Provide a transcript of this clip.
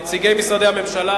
נציגי משרדי הממשלה,